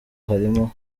harimo